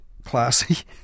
classy